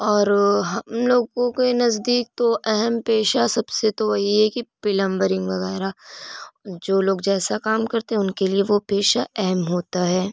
اور ہم لوگوں کے نزدیک تو اہم پیشہ سب سے تو وہی ہے کہ پلمبرنگ وغیرہ جو لوگ جیسا کام کرتے ہیں ان کے لیے وہ پیشہ اہم ہوتا ہے